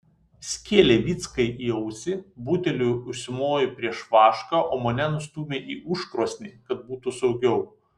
skėlei vyckai į ausį buteliu užsimojai prieš vašką o mane nustūmei į užkrosnį kad būtų saugiau